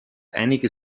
einige